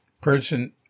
person